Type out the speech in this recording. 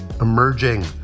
emerging